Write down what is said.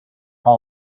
him